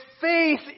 faith